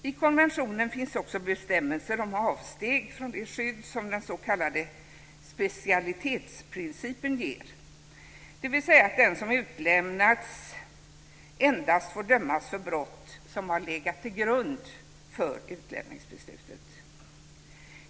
I konventionen finns också bestämmelser om avsteg från det skydd som den s.k. specialitetsprincipen ger, dvs. att den som utlämnats endast får dömas för brott som har legat till grund för utlämningsbeslutet.